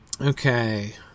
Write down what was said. Okay